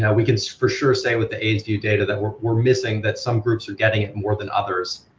yeah we can for sure say with the aidsvu data that we're we're missing that some groups are getting it more than others,